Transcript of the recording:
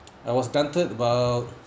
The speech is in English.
I was daunted about